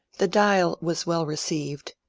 the dial was well received,